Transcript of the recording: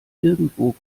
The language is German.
irgendwo